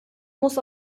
muss